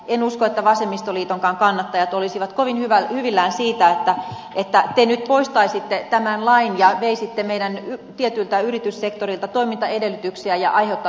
en usko että vasemmistoliitonkaan kannattajat olisivat kovin hyvillään siitä että te nyt poistaisitte tämän lain ja veisitte meidän tietyltä yrityssektorilta toimintaedellytyksiä ja aiheuttaisitte irtisanomisia